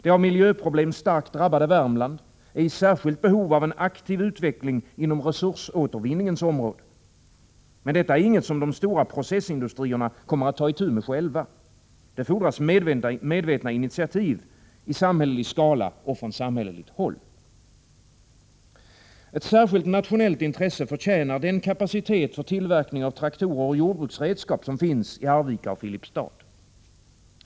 Det av miljöproblem starkt drabbade Värmland är i särskilt behov av en aktiv utveckling inom resursåtervinningens område. Men detta är inget som de stora processindustrierna kommer att ta itu med själva. Det fordras medvetna initiativ i samhällelig skala och från samhälleligt håll. Ett särskilt nationellt intresse förtjänar den kapacitet för tillverkning av traktorer och jordbruksredskap som finns i Arvika och Filipstad.